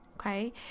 Okay